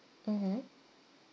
mmhmm